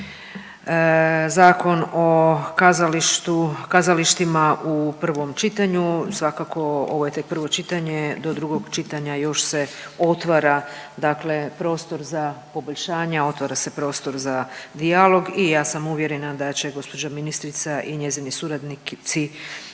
Zakon o kazalištima u prvom čitanju svakako, ovo je tek prvo čitanja do drugog čitanja još se otvara prostor za poboljšanja, otvara se prostor za dijalog i ja sam uvjerena da će gospođa ministrica i njezini suradnici